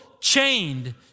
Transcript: chained